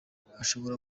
hashobora